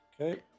Okay